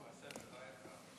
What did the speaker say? באסל, בחייך.